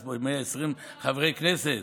יש פה 120 חברי כנסת.